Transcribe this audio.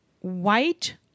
white